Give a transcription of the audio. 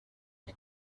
die